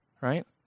right